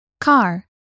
car